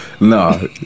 no